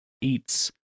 eats